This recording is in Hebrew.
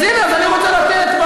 אז הנה, אני רוצה לתת,